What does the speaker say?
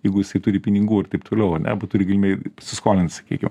jeigu jisai turi pinigų ir taip toliau ar ne turi galimybę pasiskolint sakykim